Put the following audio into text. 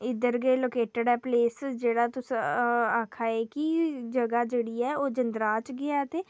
इद्धर गै लोकेटिड ऐ प्लेस जैहडा तुस आक्खा दे के जगह जेह्डी ऐ ओह् जिन्द्राह च गै ऐ ते